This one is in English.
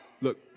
Look